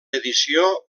edició